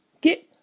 get